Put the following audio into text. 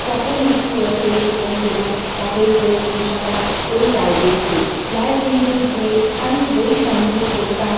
কখন একটি অটো এসে পৌঁছাত অটোয় করে পৌঁছাতাম ওই লাইব্রেরিতে লাইব্রেরিতে যেয়ে আমি বই সংগ্রহ করতাম